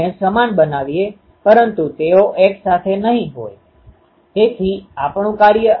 ચલ Ψ એ બીજું કઈ નહિ પરંતુ તે બે એન્ટેના વચ્ચેનું વિદ્યુતીય વિભાજન અંતરનુ ફંક્શન છે